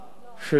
של אש זרה.